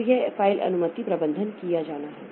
तो यह फ़ाइल अनुमति प्रबंधन किया जाना है